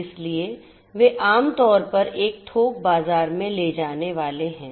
इसलिए वे आम तौर पर एक थोक बाजार में ले जाने वाले हैं